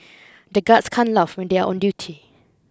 the guards can't laugh when they are on duty